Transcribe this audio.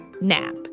NAP